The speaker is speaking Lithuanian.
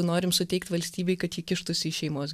norim suteikt valstybei kad ji kištųsi į šeimos